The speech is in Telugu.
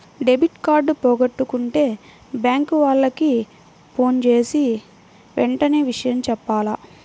డెబిట్ కార్డు పోగొట్టుకుంటే బ్యేంకు వాళ్లకి ఫోన్జేసి వెంటనే విషయం జెప్పాల